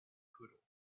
poodle